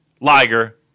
Liger